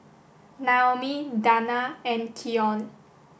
Naomi Danna and Keyon